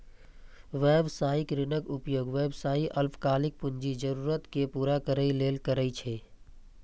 व्यावसायिक ऋणक उपयोग व्यवसायी अल्पकालिक पूंजी जरूरत कें पूरा करै लेल करै छै